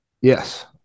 Yes